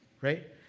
right